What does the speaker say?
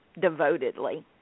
devotedly